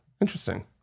Interesting